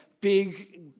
big